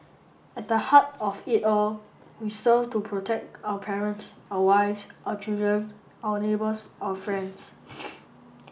at the heart of it all we serve to protect our parents our wives our children our neighbours our friends